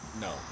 No